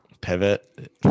Pivot